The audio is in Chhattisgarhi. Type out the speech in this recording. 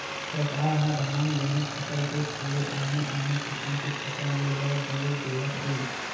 सरकार ह धान, गहूँ फसल के छोड़े आने आने किसम के फसल ले बर जोर देवत हे